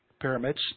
pyramids